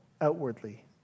outwardly